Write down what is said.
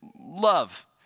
love